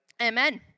Amen